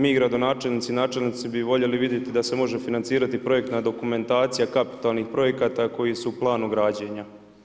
Mi gradonačelnici, načelnici, bi voljeli vidjeti da se može financirati projektna dokumentacija kapitalnih projekata koji su planom građenja.